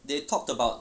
they talked about